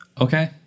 okay